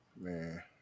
Man